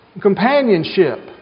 companionship